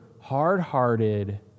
hard-hearted